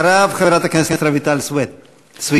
אחריו, חברת הכנסת רויטל סויד.